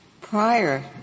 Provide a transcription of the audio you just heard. prior